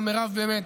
אבל מירב, באמת,